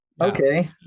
Okay